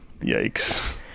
Yikes